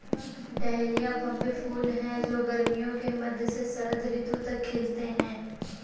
dahlia भव्य फूल हैं जो गर्मियों के मध्य से शरद ऋतु तक खिलते हैं